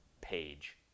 page